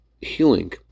healing